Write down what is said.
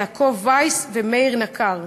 יעקב וייס ומאיר נקר.